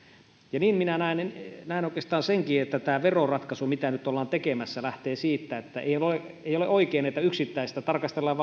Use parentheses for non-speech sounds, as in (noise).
ja niin minä näen oikeastaan senkin että tämä veroratkaisu mitä nyt ollaan tekemässä lähtee siitä että ei ole oikein että tarkastellaan (unintelligible)